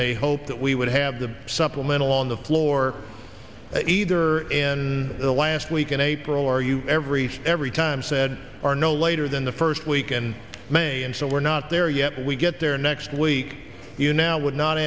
a hope that we would have the supplemental on the floor either in the last week in april or you everything every time said are no later than the first week in may and so we're not there yet we get there next week you now would not